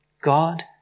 God